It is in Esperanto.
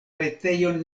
retejon